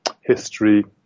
history